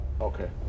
Okay